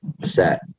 set